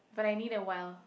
but I need a while